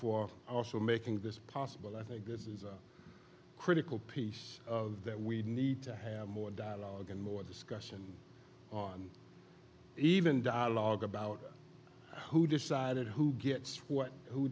for also making this possible i think this is a critical piece of that we need to have more dialogue and more discussion on even dialogue about who decided who gets what who